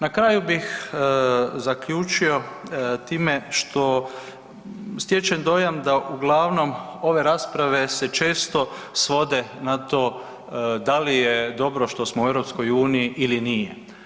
Na kraju bih zaključio time što stječem dojam da uglavnom ove rasprave se često svode na to da li je dobro što smo u EU ili nije.